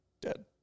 Dead